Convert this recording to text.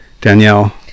Danielle